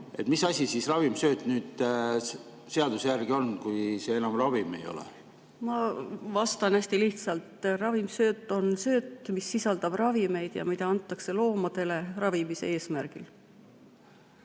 Mis asi siis ravimsööt nüüd seaduse järgi on, kui see enam ravim ei ole? Ma vastan hästi lihtsalt. Ravimsööt on sööt, mis sisaldab ravimeid ja mida antakse loomadele ravimise eesmärgil.